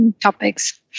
topics